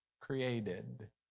created